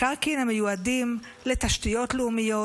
מקרקעין המיועדים לתשתיות לאומיות,